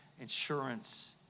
insurance